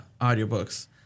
audiobooks